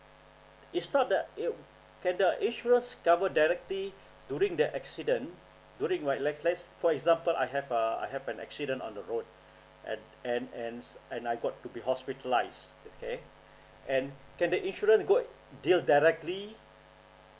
it's not that it can the insurance cover directly during the accident during my like let's for example I have a I have an accident on the road and and and and I got to be hospitalised okay and can the insurance go deal directly